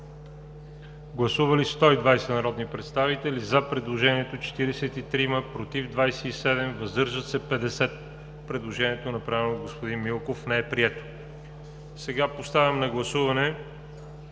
Гласували 120 народни представители: за 43, против 27, въздържали се 50. Предложението, направено от господин Милков, не е прието. Сега поставям на гласуване